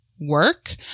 work